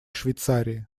швейцарии